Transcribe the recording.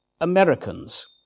Americans